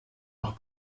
noch